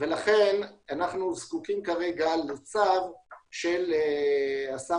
ולכן אנחנו זקוקים כרגע לצו של השר